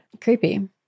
creepy